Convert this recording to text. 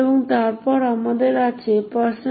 এবং তারপর আমাদের আছে 6n